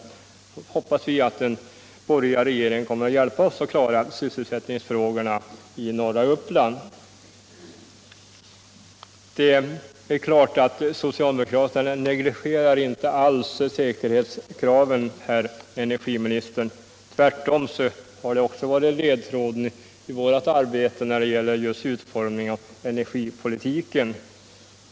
Vi hoppas att den borgerliga regeringen kommer att hjälpa oss att klara sysselsättningsfrågorna i norra Uppland. Socialdemokraterna negligerar inte alls säkerhetskraven, herr energiminister. Tvärtom har de varit ledtråden också i vårt arbete när det gällt utformningen av energipolitiken.